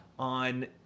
On